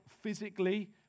physically